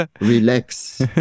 relax